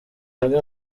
amwe